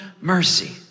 mercy